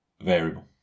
variable